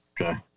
Okay